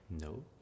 No